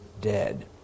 dead